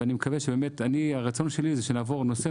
ואני מקווה שבאמת, הרצון שלי זה שנעבור נושא,